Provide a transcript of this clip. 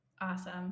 Awesome